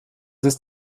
ist